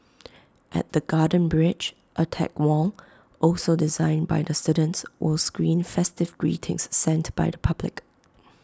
at the garden bridge A tech wall also designed by the students was screen festive greetings sent by the public